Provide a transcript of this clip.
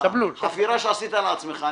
החפירה שעשית לעצמך.